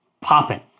popping